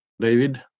David